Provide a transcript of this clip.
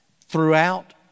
throughout